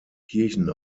kirchen